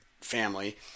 family